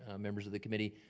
um members of the committee.